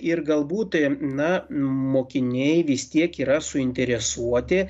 ir galbūt na mokiniai vis tiek yra suinteresuoti